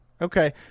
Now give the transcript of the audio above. Okay